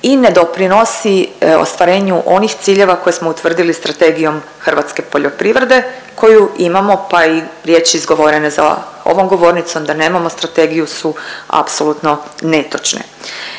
i ne doprinosi ostvarenju onih ciljeva koje smo utvrdili Strategijom hrvatske poljoprivrede koju imamo pa i riječi izgovorene za ovom govornicom da nemamo strategiju su apsolutno netočne.